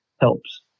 helps